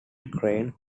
crane